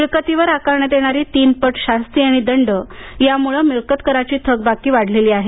मिळकतीवर आकारण्यात येणारी तीन पट शास्ती आणि दंड यामुळे मिळकत कराची थकबाकी वाढलेली आहे